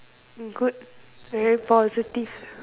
good and positive